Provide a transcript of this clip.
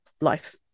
life